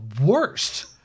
worst